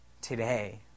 Today